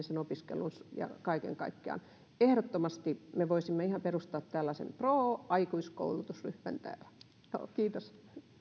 sen opiskelun ja kaiken yhteensovittaminen kaiken kaikkiaan ehdottomasti me voisimme ihan perustaa tällaisen proaikuiskoulutusryhmän täällä kiitos